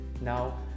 now